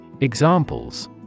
Examples